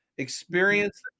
experience